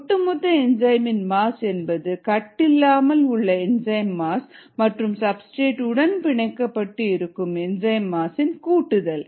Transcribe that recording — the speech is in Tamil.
ஒட்டுமொத்த என்சைமின் மாஸ் என்பது கட்டில்லாமல் உள்ள என்சைம் மாஸ் மற்றும் சப்ஸ்டிரேட் உடன் பிணைக்கப்பட்டு இருக்கும் என்சைம் மாஸ் இன் கூட்டுதல்